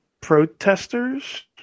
protesters